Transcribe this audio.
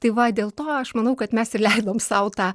tai va dėl to aš manau kad mes įleidom sau tą